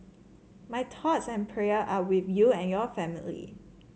my thoughts and prayer are with you and your family